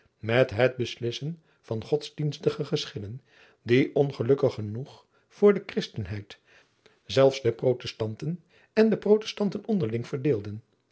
met het beslissen van odsdienstige geschillen die ongelukkig genoeg voor de hristenheid zelfs de rotestanten en rotestanten onderling verdeelden